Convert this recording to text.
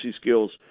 skills